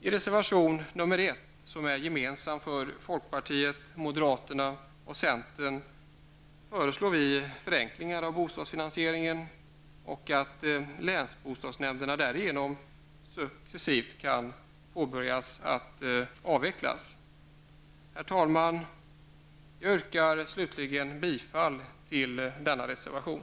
I reservation nr 1 som är gemensam för folkpartiet, moderaterna och centern föreslår vi förenklingar av bostadsfinansieringen och att avvecklingen av länsbostadsnämnderna därigenom successivt kan påbörjas. Herr talman! Jag yrkar slutligen bifall till denna reservation.